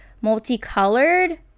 multicolored